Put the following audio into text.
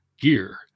gear